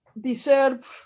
deserve